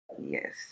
Yes